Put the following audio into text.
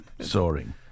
soaring